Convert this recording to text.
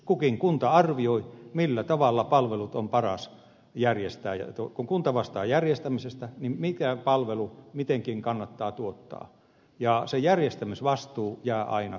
kukin kunta arvioi millä tavalla palvelut on paras järjestää ja kun kunta vastaa järjestämisestä arvioi mikä palvelu mitenkin kannattaa tuottaa ja se järjestämisvastuu jää aina kunnalle